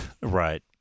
Right